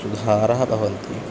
सुधारः भवन्ति